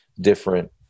different